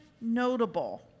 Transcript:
notable